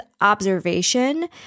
observation